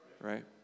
right